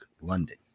London